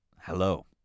hello